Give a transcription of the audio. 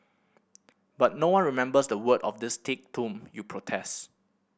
but no one remembers the words of this thick tome you protest